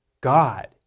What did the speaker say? God